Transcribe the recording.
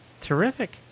Terrific